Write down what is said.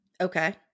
Okay